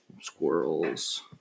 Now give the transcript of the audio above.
squirrels